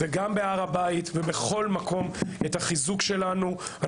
גם בהר הבית ובכל מקום את החיזוק שלנו.